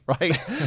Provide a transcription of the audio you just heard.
right